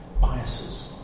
Biases